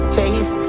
face